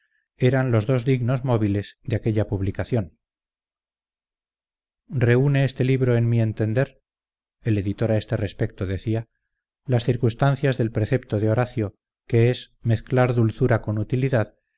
eran los dos dignos móviles de aquella publicación reúne este libro en mi entender el editor a este respecto decía las circunstancias del precepto de horacio que es mezclar dulzura con utilidad